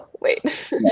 wait